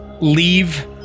leave